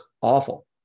awful